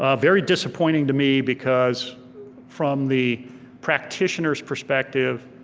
ah very disappointing to me because from the practitioner's perspective,